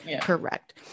Correct